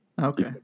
Okay